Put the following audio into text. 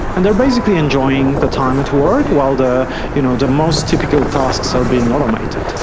and they are basically enjoying the time at work while the you know the most typical tasks are being automated.